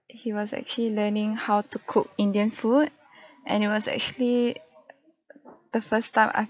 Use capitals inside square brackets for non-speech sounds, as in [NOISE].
he was actually learning how to cook indian food [BREATH] and it was actually the first time I've